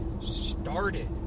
started